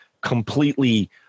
completely